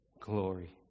glory